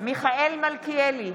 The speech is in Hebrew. מיכאל מלכיאלי,